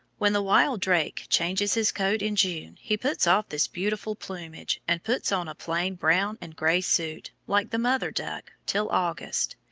when the wild drake changes his coat in june he puts off this beautiful plumage, and puts on a plain brown and grey suit, like the mother duck, till august.